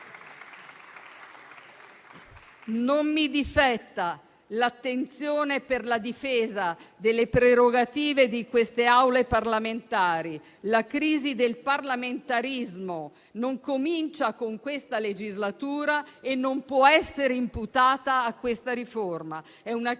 Non mi difetta l'attenzione per la difesa delle prerogative di queste Aule parlamentari. La crisi del parlamentarismo non comincia con questa legislatura e non può essere imputata a questa riforma. È una crisi